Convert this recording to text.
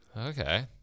okay